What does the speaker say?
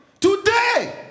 Today